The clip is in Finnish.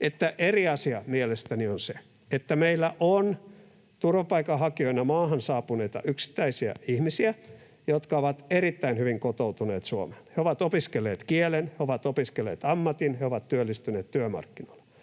että eri asia mielestäni on se, että meillä on turvapaikanhakijoina maahan saapuneita yksittäisiä ihmisiä, jotka ovat erittäin hyvin kotoutuneet Suomeen. He ovat opiskelleet kielen, he ovat opiskelleet ammatin, he ovat työllistyneet työmarkkinoilla.